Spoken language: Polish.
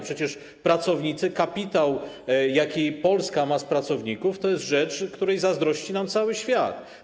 Przecież pracownicy, kapitał, jaki Polska ma z pracowników, to jest rzecz, której zazdrości nam cały świat.